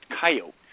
coyote